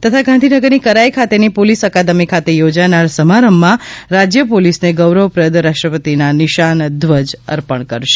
તથા ગાંધીનગરની કરાઇ ખાતેની પોલીસ અકાદમી ખાતે યોજાનાર સમારંભમાં રાજ્ય પોલીસને ગૌરવપ્રદ રાષ્ટ્રપતિના નિશાન ધ્વજ અર્પણ કરશે